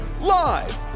live